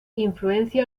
influencia